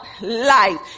life